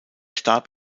starb